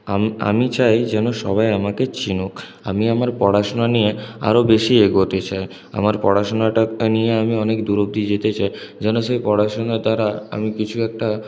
আমি আমি চাই যেন সবাই আমাকে চিনুক আমি আমার পড়াশোনা নিয়ে আরও বেশি এগোতে চাই আমার পড়াশোনাটা নিয়ে আমি অনেক দূর অব্দি যেতে চাই যেন সেই পড়াশোনার দ্বারা আমি কিছু একটা